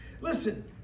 Listen